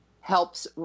helps